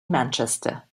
manchester